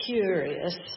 curious